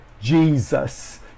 Jesus